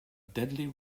deadly